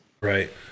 Right